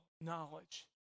knowledge